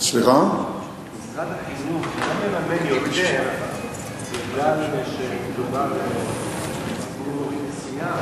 משרד החינוך לא מממן יותר מפני שמדובר בציבור מסוים,